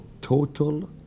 total